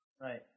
Right